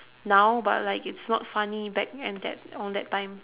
now but like it's not funny back and that on that time